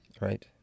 Right